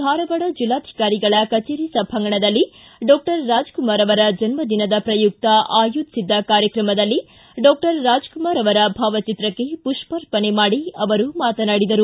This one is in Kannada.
ಧಾರವಾಡ ಜಿಲ್ಲಾಧಿಕಾರಿಗಳ ಕಚೇರಿ ಸಭಾಂಗಣದಲ್ಲಿ ಡಾಕ್ವರ್ ರಾಜಕುಮಾರ ಅವರ ಜನ್ಮದಿನದ ಪ್ರಯುಕ್ತ ಆಯೋಜಿಸಿದ್ದ ಕಾರ್ಯಕ್ರಮದಲ್ಲಿ ಡಾಕ್ವರ್ ರಾಜಕುಮಾರ ಅವರ ಭಾವಚಿತ್ರಕ್ಕೆ ಮಷ್ಪಾರ್ಪಣೆ ಮಾಡಿ ಅವರು ಮಾತನಾಡಿದರು